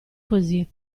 così